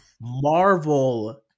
Marvel